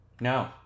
no